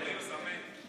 הוא צמא.